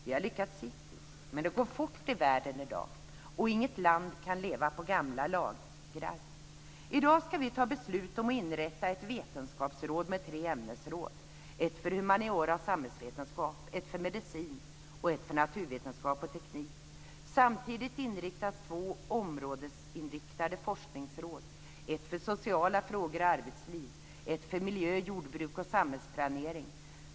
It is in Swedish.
Vi har lyckats hittills, men det går fort i världen i dag, och inget land kan leva på gamla lagrar. Nu ska vi fatta beslut om att inrätta ett vetenskapsråd med tre ämnesråd, ett för humaniora och samhällsvetenskap, ett för medicin och ett för naturvetenskap och teknik. Samtidigt inrättas två områdesinriktade forskningsråd, ett för sociala frågor och arbetsliv och ett för miljö, jordbruk och samhällsplanering.